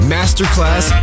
Masterclass